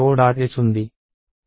h ఉంది